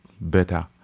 better